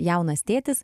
jaunas tėtis